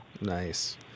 Nice